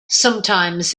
sometimes